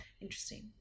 Interesting